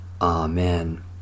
Amen